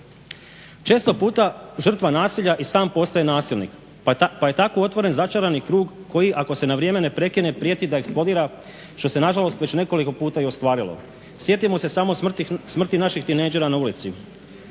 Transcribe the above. Često puta i žrtva nasilja i sam postaje nasilnik pa je tako otvoren začarani krug koji ako se na vrijeme ne prekine prijeti da eksplodira što se nažalost već nekoliko puta i ostvarilo. Sjetimo se samo smrti naših tinejdžer na ulici.